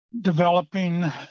developing